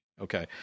Okay